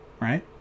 right